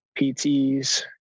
PTs